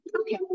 Okay